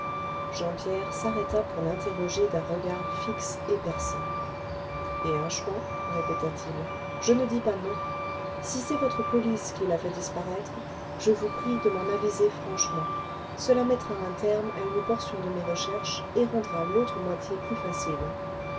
jean pierre s'arrêta pour l'interroger d'un regard fixe et perçant et un chouan répéta-t-il je ne dis pas non si c'est votre police qui l'a fait disparaître je vous prie de m'en aviser franchement cela mettra un terme à une portion de mes recherches et rendra l'autre moitié plus facile